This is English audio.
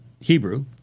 Hebrew